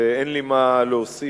ואין לי מה להוסיף